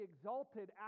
exalted